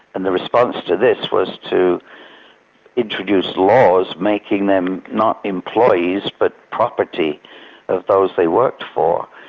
and the response to this was to introduce laws making them not employees but property of those they worked for.